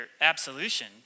absolution